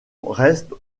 reste